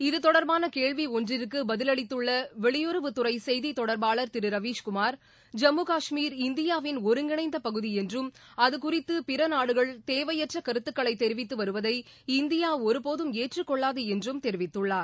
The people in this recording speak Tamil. இத்தொடர்பான கேள்வி ஒன்றிற்கு பதிலளித்துள்ள வெளியுறவுத்துறை செய்தித் தொடர்பாளர் திரு ரவீஷ்குமார் ஜம்மு காஷ்மீர் இந்தியாவின் ஒருங்கிணைந்த பகுதி என்றும் அதுகுறித்து பிற நாடுகள் தேவையற்ற கருத்துக்களை தெரிவித்து வருவதை இந்தியா ஒருபோதும் ஏற்றுக் கொள்ளாது என்றும் தெரிவித்துள்ளார்